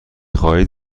خواهید